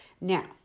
Now